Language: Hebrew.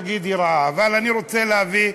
כהן ודוד ביטן.